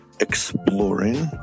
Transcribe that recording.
exploring